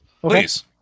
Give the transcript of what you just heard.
Please